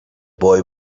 boy